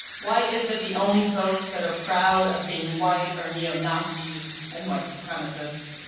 why is it the only folks that are proud of being white are neo nazis and white supremacists?